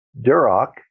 duroc